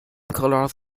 colours